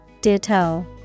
Ditto